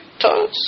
toes